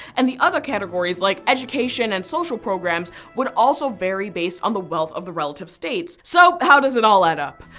and the other categories like education and social programs would also vary based on the wealth of the relative states. so how does it all add up?